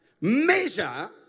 measure